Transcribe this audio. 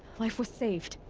life was saved.